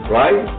right